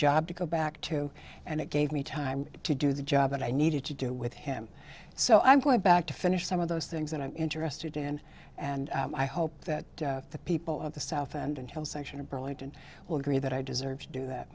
job to go back to and it gave me time to do the job that i needed to do with him so i'm going back to finish some of those things that i'm interested in and i hope that the people of the south and and health section of burlington will agree that i deserve to do that